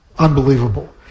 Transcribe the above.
Unbelievable